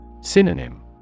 Synonym